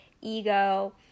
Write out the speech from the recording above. ego